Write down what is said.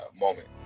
moment